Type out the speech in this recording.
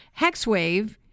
Hexwave